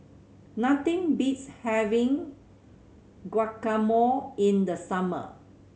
nothing beats having Guacamole in the summer